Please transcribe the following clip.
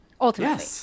ultimately